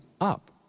up